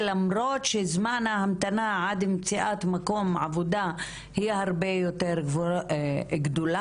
ולמרות שזמן ההמתנה עד מציאת מקום עבודה היא הרבה יותר גדולה,